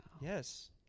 Yes